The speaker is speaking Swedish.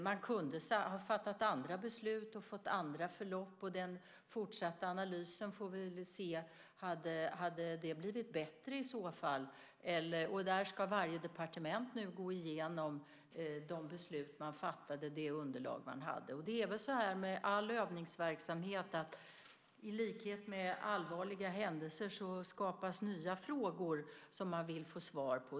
Man kunde ha fattat andra beslut och fått andra förlopp, och den fortsatta analysen får visa om det i så fall hade blivit bättre. Där ska varje departement nu gå igenom de beslut man fattade och det underlag man hade. Det är väl så med all övningsverksamhet: I likhet med när allvarliga händelser inträffar skapas nya frågor som man vill få svar på.